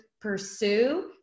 pursue